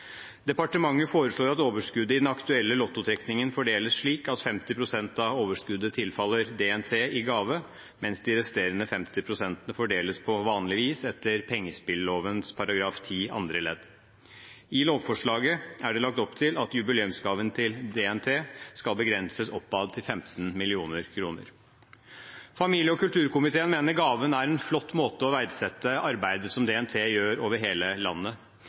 Departementet foreslår at overskuddet i den aktuelle lottotrekningen fordeles slik at 50 pst. av overskuddet tilfaller DNT i gave, mens de resterende 50 pst. fordeles på vanlig vis etter pengespilloven § 10 andre ledd. I lovforslaget er det lagt opp til at jubileumsgaven til DNT skal begrenses oppad til 15 mill. kr. Familie- og kulturkomiteen mener gaven er en flott måte å verdsette det arbeidet som DNT gjør over hele landet.